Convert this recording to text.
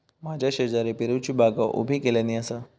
माझ्या शेजारी पेरूची बागा उभी केल्यानी आसा